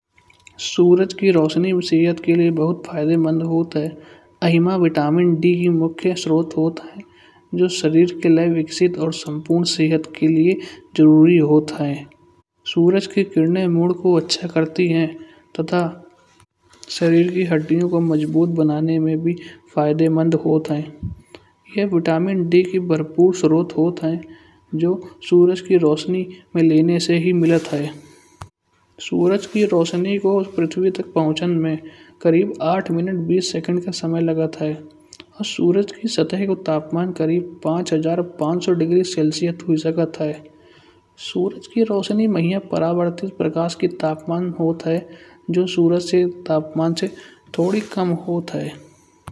सूरज की रौशनी सेहत के लिए बहुत फायदेमंद होत है। अहिमें विटामिन डी का मुख स्रोत्र होत है। जो शरीर के लिए विकसित और संपूर्ण सेहत के लिए ज़रूरी होत है। सूरज के किरणें मोड को अच्छा करते हैं। तथा शरीर की हड्डियों को मजबूत बनाने में भी फायदेमंद होत है। यह विटामिन डी की भरपूर स्रोत्र होत है। जो सूरज की रौशनी में लेने से ही मिलत है। सूरज की रोशनी को पृथ्वी तक पहुँचने में करीब आठ मिनट बीस सेकंड को समय लागत है। सूरज की सतह का तापमान करीब पाँच हज़ार पाँच सौ डिग्री सेल्सियस हुए सकत है। सूरज की रोशनी मिहा प्रवर्तित प्रकाश की तापमान बहुत है। जो सूरज ते तापमान से थोड़ी कम होत है।